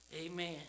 Amen